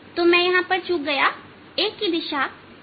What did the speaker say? तो अब मैं यहां चूक गया A की दिशा है